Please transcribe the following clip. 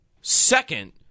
second